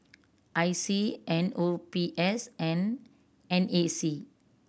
I C N O B S and N A C